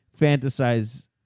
fantasize